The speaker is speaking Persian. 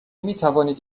میتوانید